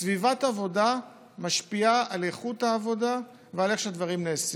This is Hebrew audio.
סביבת עבודה משפיעה על איכות העבודה ועל איך שהדברים נעשים.